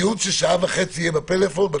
דיון של שעה וחצי יהיה בטלפון?